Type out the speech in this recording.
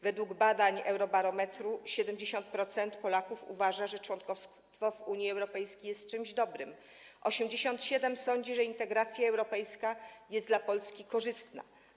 Według badań Eurobarometru 70% Polaków uważa, że członkostwo w Unii Europejskiej jest czymś dobrym, a 87% sądzi, że integracja europejska jest dla Polski korzystna.